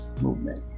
Movement